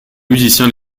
musiciens